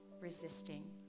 resisting